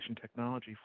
technology